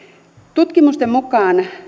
tutkimusten mukaan